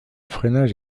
freinage